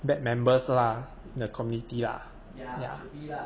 bad members lah the committee ah ya